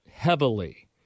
Heavily